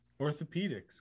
orthopedics